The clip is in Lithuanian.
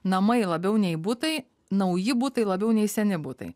namai labiau nei butai nauji butai labiau nei seni butai